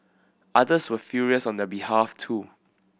others were furious on their behalf too